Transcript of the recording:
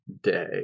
day